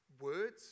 words